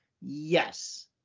Yes